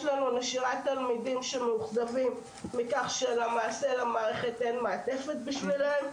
יש לנו נשירת תלמידים שמאוכזבים מכך שלמעשה למערכת אין מעטפת בשבילם.